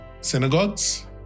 synagogues